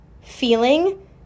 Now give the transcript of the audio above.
feeling